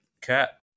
Cat